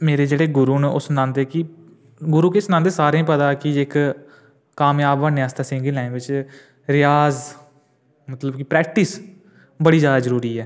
मेरे जेह्ड़े गुरु न ओह् सनांदे कि गुरु केह् सनांदे सारें गी पता ऐ कि जे इक कामयाब बनने आस्तै सिंगिंस लाइन बिच रियाज दी प्रैक्टिस बड़ी जैदा जरूरी ऐ